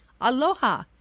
aloha